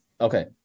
okay